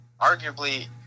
arguably